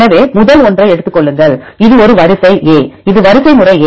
எனவே முதல் ஒன்றை எடுத்துக் கொள்ளுங்கள் இது ஒரு வரிசை a இது வரிசைமுறை a